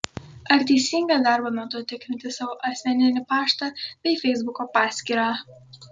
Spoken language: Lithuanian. ar teisinga darbo metu tikrinti savo asmeninį paštą bei feisbuko paskyrą